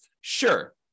Sure